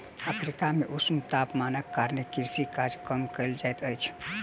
Africa मे ऊष्ण तापमानक कारणेँ कृषि काज कम कयल जाइत अछि